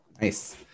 Nice